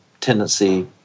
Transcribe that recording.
tendency